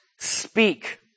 speak